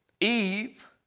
Eve